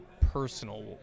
personal